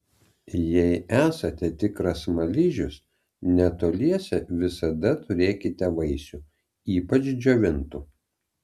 jei esate tikras smaližius netoliese visada turėkite vaisių ypač džiovintų